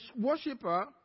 worshiper